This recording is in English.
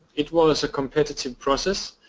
it was a competitive process